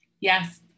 Yes